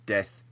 Death